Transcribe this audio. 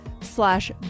slash